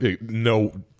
No